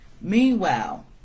meanwhile